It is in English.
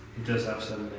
does have some